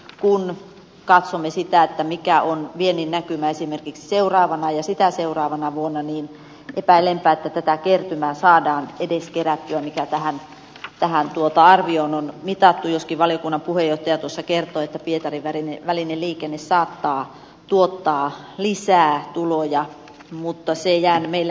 kun katsomme sitä mikä on viennin näkymä esimerkiksi seuraavana ja sitä seuraavana vuonna niin epäilenpä että tätä kertymää saadaan edes kerättyä mikä tähän arvioon on mitattu joskin valiokunnan puheenjohtaja tuossa kertoi että pietarin välinen liikenne saattaa tuottaa lisää tuloja mutta se jää meillä nähtäväksi